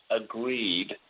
agreed